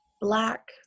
black